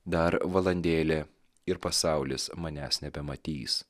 dar valandėlė ir pasaulis manęs nebematys